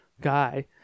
guy